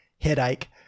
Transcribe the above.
headache